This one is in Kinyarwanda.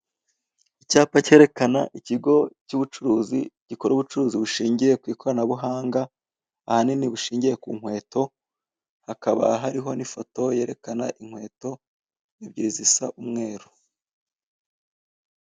Icyapa kerekana ikigo cy'ubucuruzi gikora ubucuruzi bushingiye ku ikoranabuhanga ahanini bushingiye ku nkweto, hakaba hariho n'ifoto yerekana inkweto ebyiri zisa umweru.